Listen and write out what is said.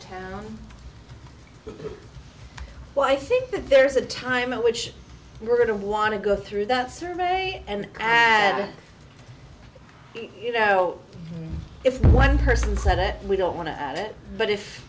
but i think that there's a time in which we're going to want to go through that survey and and you know if one person said it we don't want to add it but if